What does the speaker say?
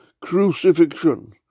crucifixion